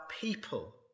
people